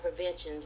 preventions